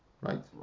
Right